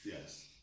yes